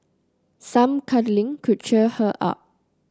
some cuddling could cheer her up